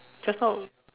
just now